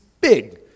big